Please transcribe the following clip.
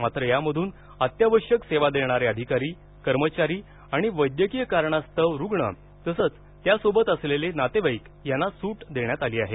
मात्र यामधून अत्यावश्यक सेवा देणारे अधिकारी कर्मचारी आणि वैद्यकीय कारणास्तव रुग्ण तसंच त्यासोबत असलेले नातेवाईक यांना सूट देण्यात आली आहे